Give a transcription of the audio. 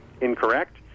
incorrect